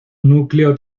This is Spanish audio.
núcleo